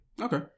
okay